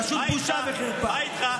מה איתך?